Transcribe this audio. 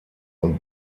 und